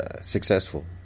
successful